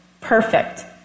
Perfect